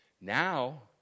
Now